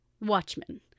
Watchmen